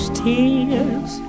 tears